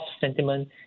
sentiment